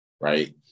right